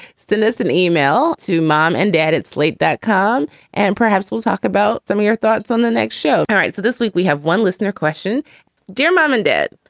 stenness an email to mom and dad at slate that khan and perhaps we'll talk about some of your thoughts on the next show. all right. so this week we have one listener question dear mom and dad,